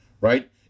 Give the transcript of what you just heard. right